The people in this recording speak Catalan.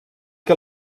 que